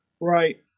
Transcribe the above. Right